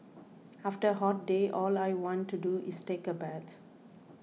after a hot day all I want to do is take a bath